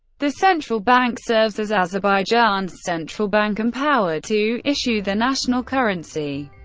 the central bank serves as azerbaijan's central bank, empowered to issue the national currency,